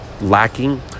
lacking